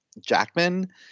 Jackman